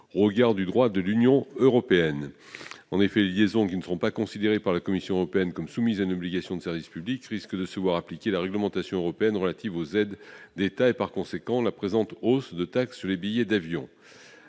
d'aménagement du territoire. En effet, les liaisons qui ne seront pas considérées par la Commission européenne comme soumises à une obligation de service public risquent de se voir appliquer la réglementation européenne relative aux aides d'État et, par conséquent, la présente hausse de taxe sur les billets d'avion.